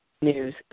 news